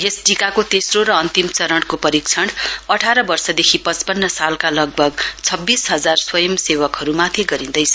यस टीकाको तेस्रो र अन्तिम चरणको परीक्षण अठार वर्षदेखि पचपन्न सालका लगभग छब्तीस जहार स्वयंसेवकहरूमाथि गरिँदैछ